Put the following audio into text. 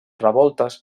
revoltes